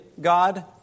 God